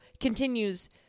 continues